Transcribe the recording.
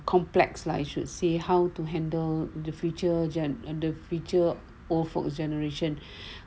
complex lah I should say how to handle the future gen~ and the future old folks generation